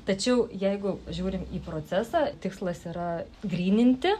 tačiau jeigu žiūrin į procesą tikslas yra gryninti